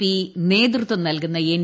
P നേതൃത്വം നൽകുന്ന N